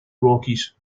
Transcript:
rockies